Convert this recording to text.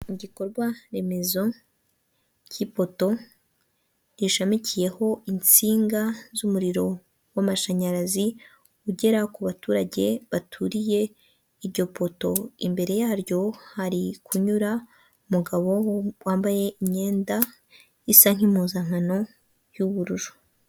Ni igikorwa remezo k'ipoto gishamikiyeho insinga z'umuriro w'amashanyarazi ugera ku baturage baturiye iryo poto, imbere yaryo hari kunyura umugabo wambaye imyenda isa nk'impuzankano y'ubururu.